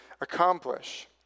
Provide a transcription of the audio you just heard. accomplish